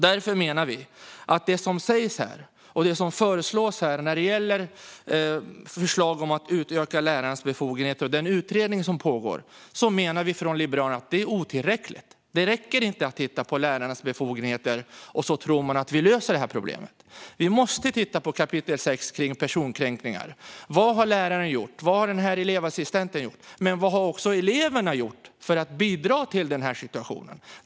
Därför menar vi från Liberalerna att det som föreslås när det gäller att utöka lärarnas befogenheter och den utredning som pågår är otillräckligt. Det räcker inte att titta på lärarnas befogenheter och sedan tro att vi löser det här problemet. Vi måste titta på kap. 6 om personkränkningar när det gäller vad läraren har gjort, vad elevassistenten har gjort men också vad eleverna har gjort för att bidra till situationen.